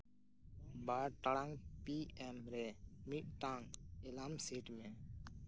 ᱵᱟᱨ ᱴᱟᱲᱟᱝ P M ᱨᱮ ᱢᱤᱫᱴᱟᱱ ᱮᱞᱟᱨᱢ ᱥᱮᱴ ᱢᱮ